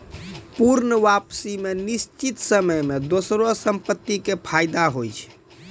पूर्ण वापसी मे निश्चित समय मे दोसरो संपत्ति के फायदा होय छै